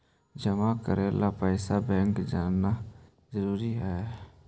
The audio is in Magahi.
जमा करे ला पैसा बैंक जाना जरूरी है?